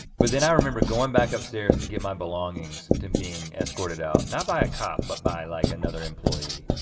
but then i remember going back upstairs to get my belongings to being escorted out not by a cop, but by like another employee.